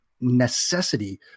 necessity